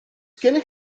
gennych